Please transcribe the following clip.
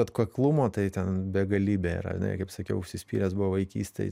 atkaklumo tai ten begalybė yra ane kaip sakiau užsispyręs buvo vaikystėj